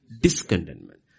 discontentment